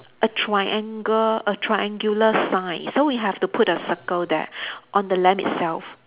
a triangle a triangular sign so you have to put a circle there on the lamp itself